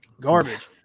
Garbage